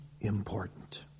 important